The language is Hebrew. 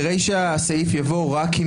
בריש סעיף 8 יבוא "רק אם